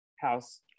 house